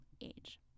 age